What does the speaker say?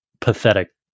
pathetic